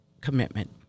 commitment